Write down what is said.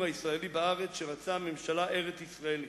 הישראלי בארץ שרצה ממשלה ארץ-ישראלית.